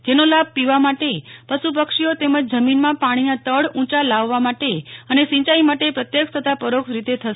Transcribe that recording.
જેનો લાભ પીવા માટે પશુ પક્ષીઓ તેમજ જમીનમાં પાણીના તળ ઉંચા લાવવા માટે અને સિંચાઇ માટે પ્રત્યક્ષ તથા પરોક્ષ રીતે થશે